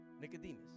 Nicodemus